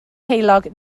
heulog